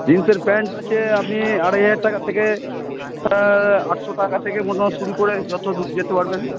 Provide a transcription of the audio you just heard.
জিন্সের প্যান্ট আছে আপনি আড়াই হাজার টাকা থেকে আটশো টাকা থেকে মোটামুটি শুরু করে যত দূর যেতে পারবেন